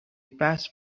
passed